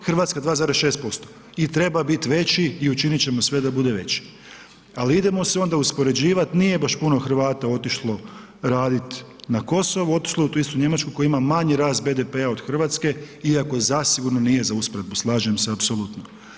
Hrvatska 2,6% i treba bit veći i učinit ćemo sve da bude veći ali idemo se onda uspoređivat, nije baš puno Hrvata otišlo radit na Kosovo, otišlo je u tu istu Njemačku koja ima manji rast BDP-a od Hrvatske iako zasigurno nije za usporedbu, slažem se apsolutno.